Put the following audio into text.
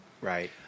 Right